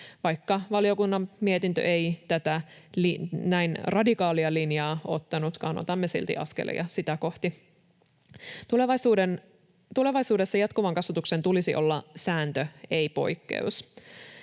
Vaikka valiokunnan mietintö ei näin radikaalia linjaa ottanutkaan, otamme silti askelia sitä kohti. Tulevaisuudessa jatkuvan kasvatuksen tulisi olla sääntö, ei poikkeus.